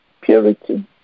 purity